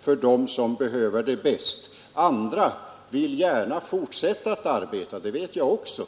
för dem som behöver detta bäst har vi löst det genom förtidspensionsreformen. Andra vill gärna fortsätta att arbeta — det vet jag också.